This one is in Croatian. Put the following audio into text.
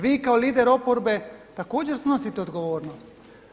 Vi kao lider oporbe također snosite odgovornost.